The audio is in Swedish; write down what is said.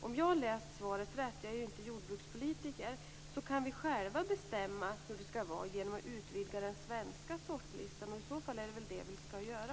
Om jag läst svaret rätt - jag är inte jordbrukspolitiker - kan vi själva bestämma hur det skall vara genom att utvidga den svenska sortlistan. I så fall är det väl det som vi skall göra.